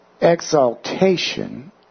exaltation